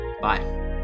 Bye